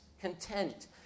content